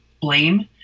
blame